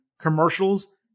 commercials